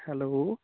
hello